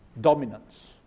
dominance